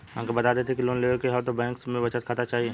हमके बता देती की लोन लेवे के हव त बैंक में बचत खाता चाही?